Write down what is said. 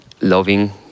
loving